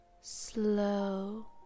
slow